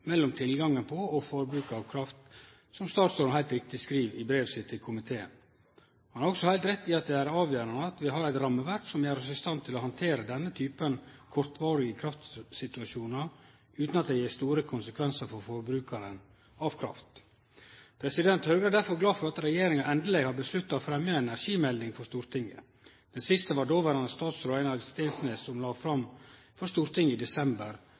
mellom tilgangen på og forbruket av kraft, som statsråden heilt riktig skriv i brevet sitt til komiteen. Han har også heilt rett i at det er avgjerande at vi har eit rammeverk som gjer oss i stand til å handtere denne typen kortvarige kraftsituasjonar utan at det gir store konsekvensar for forbrukarane av kraft. Høgre er derfor glad for at regjeringa endeleg har bestemt seg for å fremje ei energimelding for Stortinget. Den siste var det dåverande statsråd Einar Steensnæs som la fram for Stortinget, i desember